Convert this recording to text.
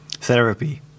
Therapy